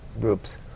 groups